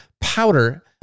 powder